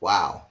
Wow